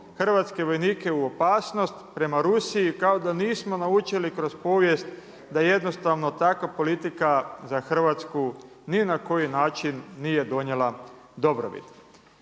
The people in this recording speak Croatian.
hrvatske vojnike u opasnost prema Rusiji, kao da nismo naučili kroz povijest da jednostavno takva politika za Hrvatsku ni na koji način nije donijela dobrobit.